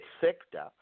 sector